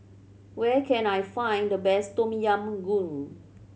where can I find the best Tom Yam Goong